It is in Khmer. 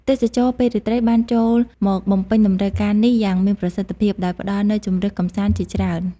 ទេសចរណ៍ពេលរាត្រីបានចូលមកបំពេញតម្រូវការនេះយ៉ាងមានប្រសិទ្ធភាព ដោយផ្ដល់នូវជម្រើសកម្សាន្តជាច្រើន។